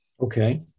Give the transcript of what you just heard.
Okay